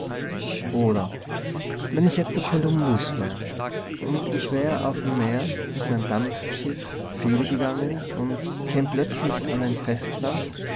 oder wenn ich jetzt der columbus wär und ich wär auf'm meer mit mei'm dampfschiff fehlgegangen und ich käm plötzlich an ein festland